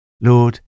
Lord